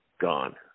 Gone